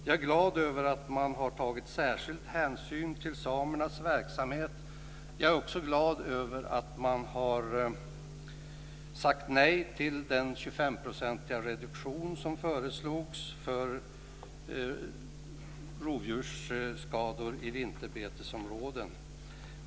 Jag är glad över att man har tagit särskild hänsyn till samernas verksamhet. Jag är också glad över att man har sagt nej till den 25-procentiga reduktion som föreslogs för rovdjursskador i vinterbetesområden.